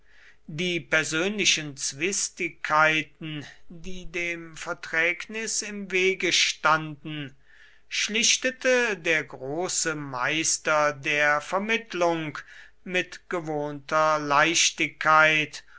die persönlichen zwistigkeiten die dem verträgnis im wege standen schlichtete der große meister der vermittlung mit gewohnter leichtigkeit